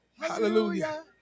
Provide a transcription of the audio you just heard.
Hallelujah